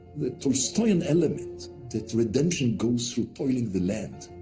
the tolstoyan element that redemption goes through toiling the land,